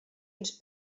ens